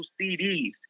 CDs